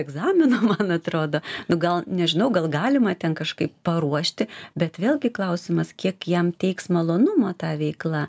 egzamino man atrodo gal nežinau gal galima ten kažkaip paruošti bet vėlgi klausimas kiek jam teiks malonumą ta veikla